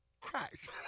Christ